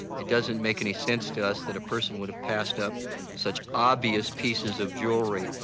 it doesn't make any sense to us that a person would have passed up such obvious pieces of jewelry.